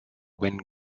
wind